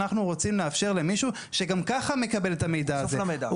אנחנו רוצים לאפשר למישהו שגם ככה מקבל את המידע הזה.